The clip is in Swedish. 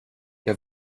jag